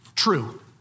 True